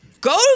go